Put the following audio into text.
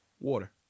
water